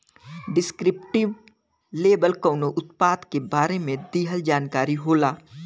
descriptive label कउनो उत्पाद के बारे में दिहल जानकारी होला